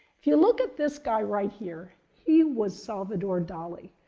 if you look at this guy right here, he was salvador dali,